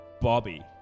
Bobby